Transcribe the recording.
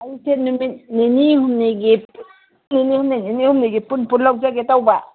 ꯑꯩꯁꯦ ꯅꯨꯃꯤꯠ ꯅꯤꯅꯤ ꯍꯨꯝꯅꯤꯒꯤ ꯅꯤꯅꯤ ꯍꯨꯝꯅꯤꯒꯤ ꯅꯤꯅꯤ ꯍꯨꯝꯅꯤꯒꯤ ꯄꯨꯟ ꯄꯨꯟ ꯂꯧꯖꯒꯦ ꯇꯧꯕ